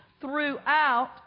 throughout